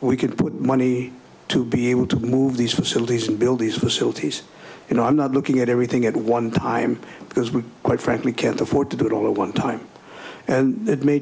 we could put money to be able to move these facilities and build these facilities you know i'm not looking at everything at one time because quite frankly can't afford to do it all at one time and it may